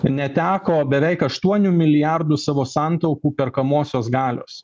neteko beveik aštuonių milijardų savo santaupų perkamosios galios